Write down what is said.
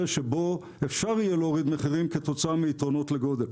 שבו אפשר יהיה להוריד מחירים כתוצאה מיתרונות לגודל.